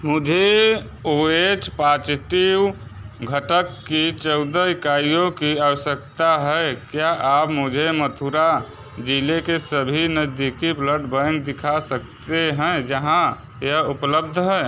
मुझे O H positive घटक की चौदह इकाइयों की आवश्यकता है क्या आप मुझे मथुरा जिले के सभी नज़दीकी ब्लड बैंक दिखा सकते हैं जहाँ यह उपलब्ध है